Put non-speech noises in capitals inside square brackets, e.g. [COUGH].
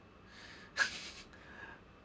[LAUGHS]